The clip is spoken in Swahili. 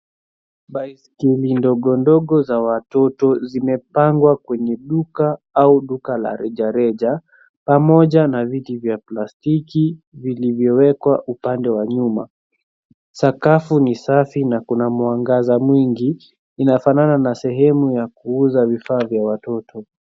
Baiskeli ndogo ndogo za watoto zimepangwa kwenye duka au duka la rejareja, pamoja na viti vya plastiki vilivyowekwa upande wa nyuma. Sakafu ni safi na kuna mwangaza mwingi. Inafanana na sehemu ya kuuza vifaa vya watoto.